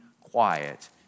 quiet